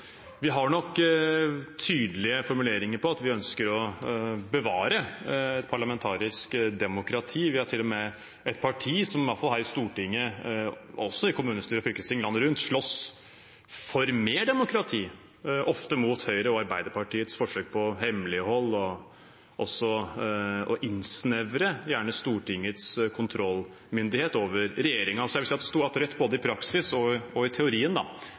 Vi har nok tydelige formuleringer på at vi ønsker å bevare et parlamentarisk demokrati. Vi er til og med et parti som i hvert fall her i Stortinget – og også i kommunestyrer og fylkesting landet rundt – slåss for mer demokrati, ofte mot Høyres og Arbeiderpartiets forsøk på hemmelighold og også gjerne å innsnevre Stortingets kontrollmyndighet over regjeringen. Jeg vil si at Rødt både i praksis og i teorien